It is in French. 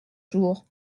jours